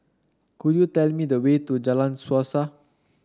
could you tell me the way to Jalan Suasa